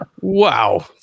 Wow